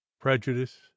prejudice